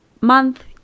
month